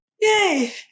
Yay